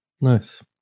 Nice